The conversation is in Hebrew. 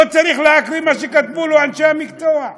לא צריך להקריא מה שכתבו לו אנשי המקצוע.